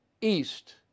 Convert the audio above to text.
East